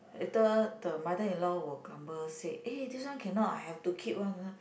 later the mother in law will grumble said eh this one cannot I have to keep one ah